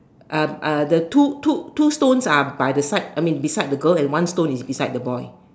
the two two two stones are by the side I mean beside the girl and one stone beside the boy